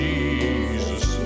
Jesus